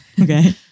Okay